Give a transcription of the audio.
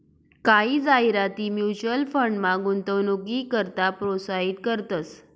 कायी जाहिराती म्युच्युअल फंडमा गुंतवणूकनी करता प्रोत्साहित करतंस